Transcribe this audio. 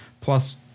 plus